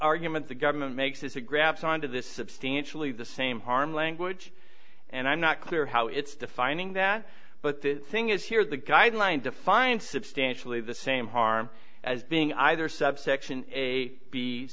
argument the government makes is to grab on to this substantially the same harm language and i'm not clear how it's defining that but the thing is here is the guideline define substantially the same harm as being either subsection a b